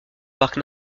parc